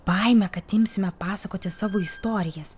baimę kad imsime pasakoti savo istorijas